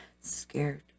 scared